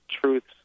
truths